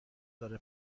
داره